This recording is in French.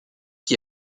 qui